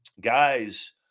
guys